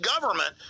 government